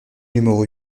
numéro